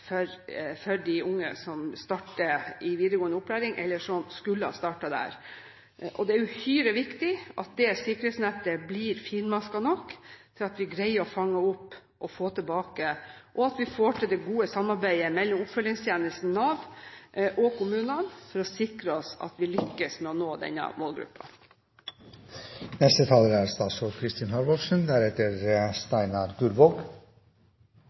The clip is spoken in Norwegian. sikkerhetsnett for de unge som starter i videregående opplæring, eller som skulle ha startet der. Det er uhyre viktig at det sikkerhetsnettet blir finmasket nok til at vi greier å fange opp og få tilbake de unge, og at vi får til det gode samarbeidet mellom oppfølgingstjenesten, Nav og kommunene, for å sikre at vi lykkes med å nå denne målgruppen. Jeg er